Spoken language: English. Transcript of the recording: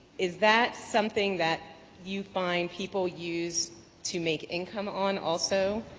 is that something that you find people use to make income on, also?